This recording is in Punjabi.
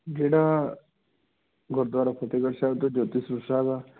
ਜਿਹੜਾ ਗੁਰਦੁਆਰਾ ਫਤਿਹਗੜ੍ਹ ਸਾਹਿਬ ਤੋਂ ਜੋਤੀ ਸਰੂਪ ਸਾਹਿਬ ਆ